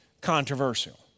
controversial